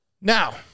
now